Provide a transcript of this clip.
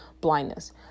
blindness